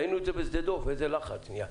ראינו את זה בשדה דב, איזה לחץ היה.